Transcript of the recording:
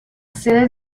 sede